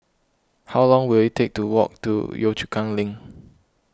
how long will it take to walk to Yio Chu Kang Link